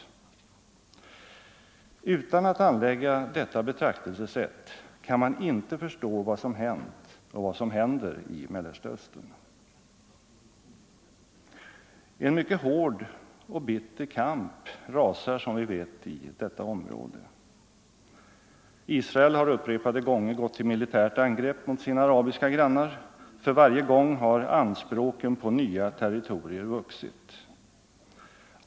Utan att anlägga detta betraktelsesätt kan man inte förstå vad som hänt och vad som händer i Mellersta Östern. En mycket hård och bitter kamp rasar som vi vet i detta område. Israel har upprepade gånger gått till militärt angrepp mot sina arabiska grannar. För varje gång har anspråken på nya territorier vuxit.